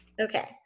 Okay